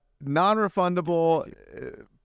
non-refundable